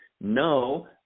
no